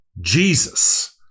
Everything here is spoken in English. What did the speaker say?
Jesus